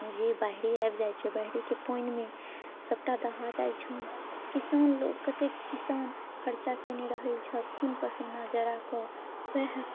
जे बाढ़िये आबि जाइ बाढ़ियेके पानिमे सभटा दहा जाइ छनि किसान लोक कते किसान खर्चा केने रहै छथि खून पसेना जड़ाकऽ वएह